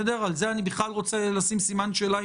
על זה אני בכלל רוצה לשים סימן שאלה,